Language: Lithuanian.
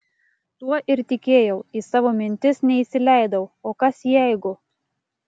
tuo ir tikėjau į savo mintis neįsileidau o kas jeigu